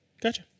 Gotcha